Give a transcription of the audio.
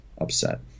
upset